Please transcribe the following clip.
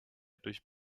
durch